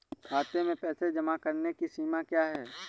खाते में पैसे जमा करने की सीमा क्या है?